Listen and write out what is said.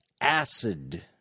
acid